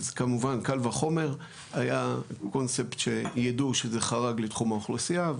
אז כמובן קל וחומר היה קונספט שיידעו שזה חרג לתחום האוכלוסייה,